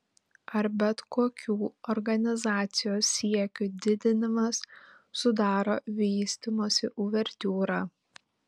ar bet kokių organizacijos siekių didinimas sudaro vystymosi uvertiūrą